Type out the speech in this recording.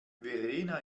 verena